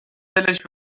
دلش